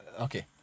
Okay